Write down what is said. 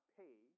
pay